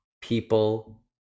people